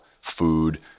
food